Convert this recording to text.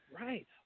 right